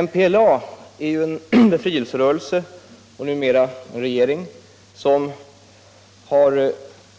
MPLA är en befrielserörelse, numera i regeringsställning, som